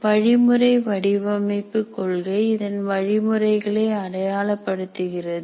வழிமுறை வடிவமைப்பு கொள்கை இதன் வழிமுறைகளை அடையாளப்படுத்துகிறது